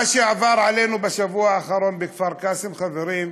מה שעבר עלינו בשבוע האחרון בכפר קאסם, חברים,